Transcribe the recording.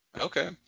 okay